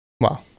Wow